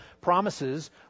promises